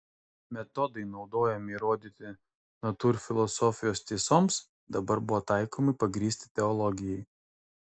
metodai naudojami įrodyti natūrfilosofijos tiesoms dabar buvo taikomi pagrįsti teologijai